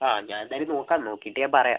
ആ ഞാൻ എന്തായാലും നോക്കാം നോക്കിയിട്ട് ഞാൻ പറയാം